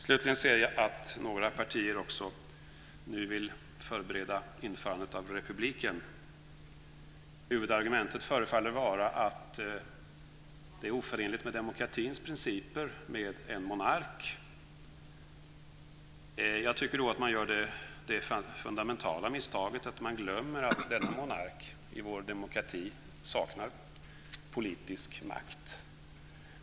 Slutligen ser jag att några partier också nu vill förbereda införandet av republik. Huvudargumentet förefaller vara att det är oförenligt med demokratins principer med en monark. Jag tycker att man då gör det fundamentala misstaget att glömma att denne monark i vår demokrati saknar politisk makt.